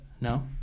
no